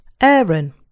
Aaron